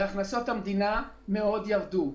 וזאת בזמן שהכנסות המדינה מאוד ירדו.